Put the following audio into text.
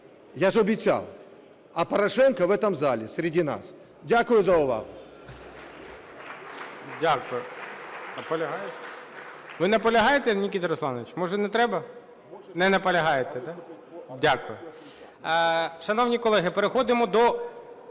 я ж обіцяв. А Порошенко в этом зале, среди нас. Дякую за увагу.